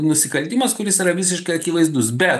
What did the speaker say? nusikaltimas kuris yra visiškai akivaizdus bet